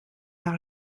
par